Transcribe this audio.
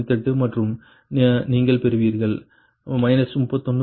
98 மற்றும் நீங்கள் பெறுவீர்கள் 31